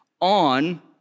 on